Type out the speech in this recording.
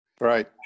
right